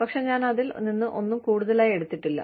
പക്ഷേ ഞാൻ അതിൽ നിന്ന് ഒന്നും കൂടുതലായി എടുത്തിട്ടില്ല